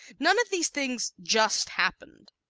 none of these things just happened.